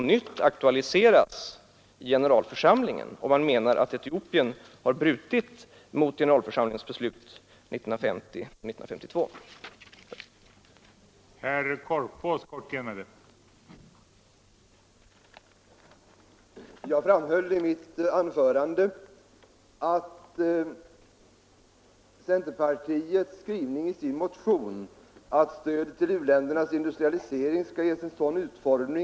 Detta borde vara konsekvensen, om man menar att Etiopien brutit mot generalförsamlingens beslut 1950 och 1952. Herr talman! Jag yrkar bifall till utskottets hemställan.